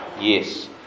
yes